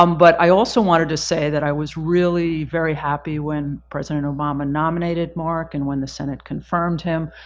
um but i also wanted to say that i was really very happy when president obama nominated mark, and when the senate confirmed him,